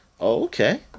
Okay